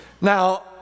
Now